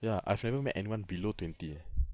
ya I've never met anyone below twenty eh